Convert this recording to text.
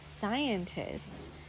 scientists